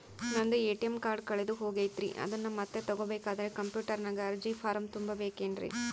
ನಂದು ATM card ಕಳೆದು ಹೋಗೈತ್ರಿ ಅದನ್ನು ಮತ್ತೆ ತಗೋಬೇಕಾದರೆ ಕಂಪ್ಯೂಟರ್ ನಾಗ ಅರ್ಜಿ ಫಾರಂ ತುಂಬಬೇಕನ್ರಿ?